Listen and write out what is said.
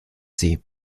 sie